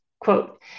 quote